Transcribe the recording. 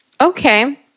Okay